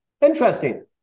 Interesting